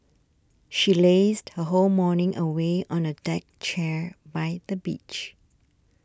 she lazed her whole morning away on a deck chair by the beach